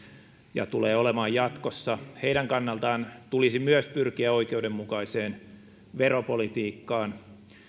ja tulee olemaan jatkossa heidän kannaltaan tulisi myös pyrkiä oikeudenmukaiseen veropolitiikkaan